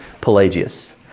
Pelagius